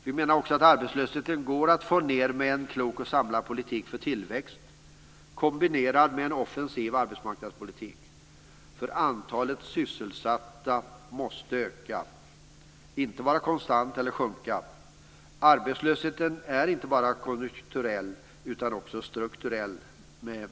Vi menar också att arbetslösheten går att få ned med en klok och samlad politik för tillväxt kombinerad med en offensiv arbetsmarknadspolitik. Antalet sysselsatta måste öka - inte bara vara konstant eller sjunka. Arbetslösheten är inte bara konjunkturell utan också strukturell.